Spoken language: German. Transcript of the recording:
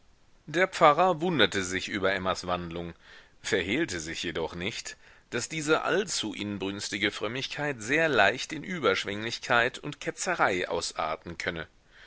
der pfarrer wunderte sich über emmas wandlung verhehlte sich jedoch nicht daß diese allzu inbrünstige frömmigkeit sehr leicht in überschwenglichkeit und ketzerei ausarten könne